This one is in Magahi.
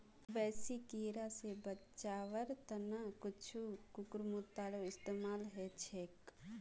बेसी कीरा स बचवार त न कुछू कुकुरमुत्तारो इस्तमाल ह छेक